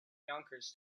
yonkers